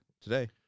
today